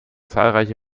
zahlreiche